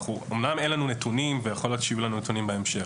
אמנם אין לנו נתונים ויכול להיות שיהיו לנו נתונים בהמשך.